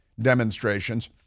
demonstrations